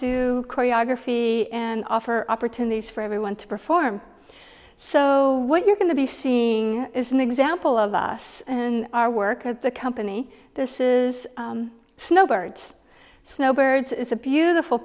to choreography and offer opportunities for everyone to perform so what you're going to be seeing is an example of us and our work at the company this is snow birds snow birds is a beautiful